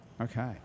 Okay